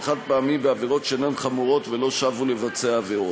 חד-פעמי בעבירות שאינן חמורות ולא שבו לבצע עבירות.